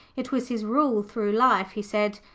it was his rule through life, he said,